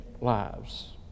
lives